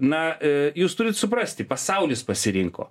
na jūs turit suprasti pasaulis pasirinko